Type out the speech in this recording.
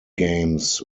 games